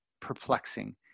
perplexing